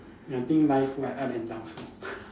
I think life full up and downs lor